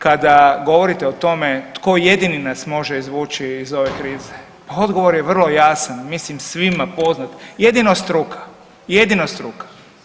Kada govorite o tome tko jedini nas može izvući iz ove krize, odgovor je vrlo jasan mislim svima poznat jedino struka, jedino struka.